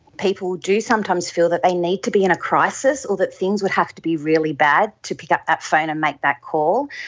people do sometimes feel that they need to be in a crisis or that things would have to be really bad to pick up that phone and make that call,